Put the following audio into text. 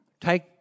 Take